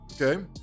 okay